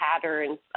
patterns